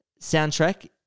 soundtrack